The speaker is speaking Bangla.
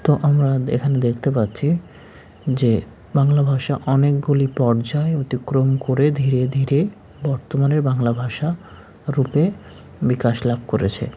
তো আমরা এখানে দেখতে পাচ্ছি যে বাংলা ভাষা অনেকগুলি পর্যায় অতিক্রম করে ধীরে ধীরে বর্তমানের বাংলা ভাষা রূপে বিকাশ লাভ করেছে